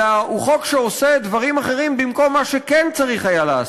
אלא הוא חוק שעושה דברים אחרים במקום מה שכן צריך היה לעשות.